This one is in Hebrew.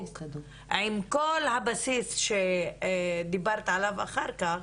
עם כל הבסיס שדיברת עליו אחר כך,